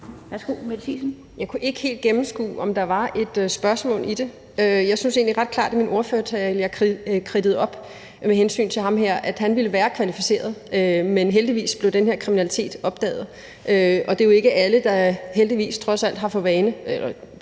Jeg kunne ikke helt gennemskue, om der var et spørgsmål i det. Jeg synes egentlig, at jeg i min ordførertale ret klart kridtede op i forhold til ham her, at han ville være kvalificeret, men heldigvis blev den her kriminalitet opdaget. Det er jo ikke alle, der heldigvis trods alt